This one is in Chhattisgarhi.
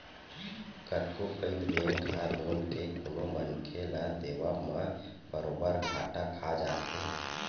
कतको पइत बेंक ह लोन के कोनो मनखे ल देवब म बरोबर घाटा खा जाथे